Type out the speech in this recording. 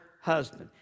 husband